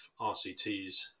RCTs